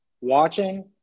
watching